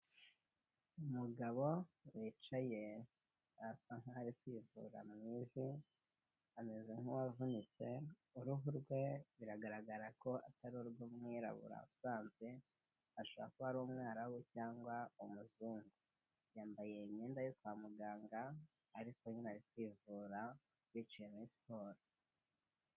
Umugabo wicaye asa nkaho ari kwivura mu ivi arasa n'uwavunitse, uruhu rwe biragaragara ko atari urw'umwirabura usanzwe ashobora kuba ari umwarabu cyangwa umuzungu, yambaye imyenda yo kwa muganga ariko nyine ari kwivura biciye muri siporo.